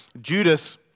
Judas